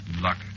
luck